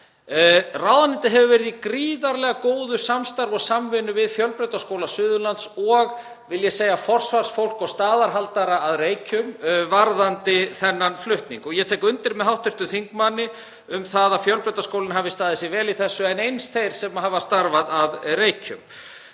Ráðuneytið hefur verið í gríðarlega góðu samstarfi og samvinnu við Fjölbrautaskóla Suðurlands og forsvarsfólk og staðarhaldara að Reykjum varðandi þennan flutning. Ég tek undir með hv. þingmanni um það að Fjölbrautaskólinn hafi staðið sig vel í þessu, en eins þeir sem starfað hafa að Reykjum.